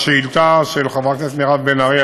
השאילתה של חברת הכנסת מירב בן ארי,